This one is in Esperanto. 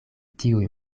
tiuj